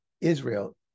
Israel